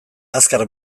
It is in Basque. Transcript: azkar